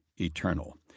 eternal